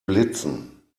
blitzen